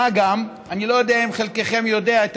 מה גם שאני לא יודע אם חלקכם יודעים על